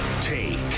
take